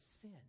sin